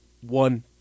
One